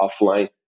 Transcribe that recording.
offline